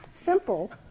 Simple